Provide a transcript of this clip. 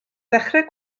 ddechrau